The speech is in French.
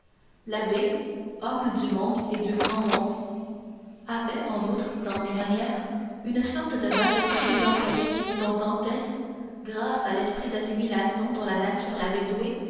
l'abbé homme du monde et du grand monde avait en outre dans ses manières une sorte de majesté mélancolique dont dantès grâce à l'esprit d'assimilation dont la nature l'avait doué